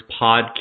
podcast